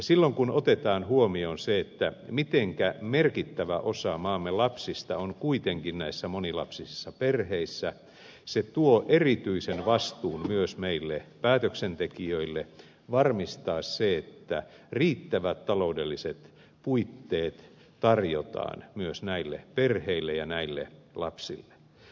silloin kun otetaan huomioon se mitenkä merkittävä osa maamme lapsista on kuitenkin näissä monilapsisissa perheissä se tuo erityisen vastuun myös meille päätöksentekijöille varmistaa että riittävät taloudelliset puitteet tarjotaan myös näille perheille ja näille lapsille